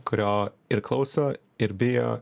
kurio ir klauso ir bijo